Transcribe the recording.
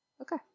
Okay